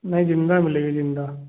नहीं जिन्दा मिलेगी जिन्दा